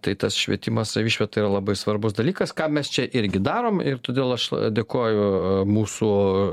tai tas švietimas savišvieta yra labai svarbus dalykas ką mes čia irgi darom ir todėl aš dėkoju mūsų